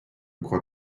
crois